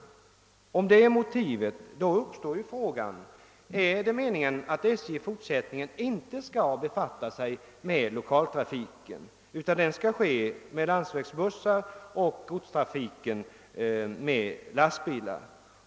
Om detta är motivet uppstår frågan om det är meningen att SJ i fortsättningen inte skall befatta sig med lokaltrafiken utan att persontrafiken där skall ske med landsvägsbussar och godstrafiken med lastbilar.